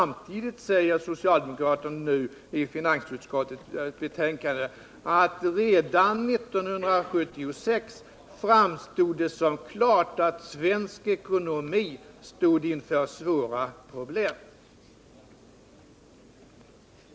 Men nu säger socialdemokraterna i finansutskottets betänkande att redan 1976 framstod det som klart att svensk ekonomi stod inför svåra problem.